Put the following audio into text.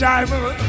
Diver